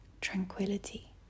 tranquility